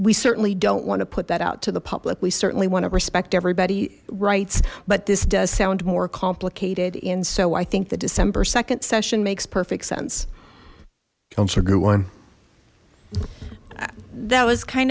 we certainly don't want to put that out to the public we certainly want to respect everybody rights but this does sound more complicated and so i think the december nd session makes perfect sense councillor goodwin that was kind